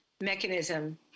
mechanism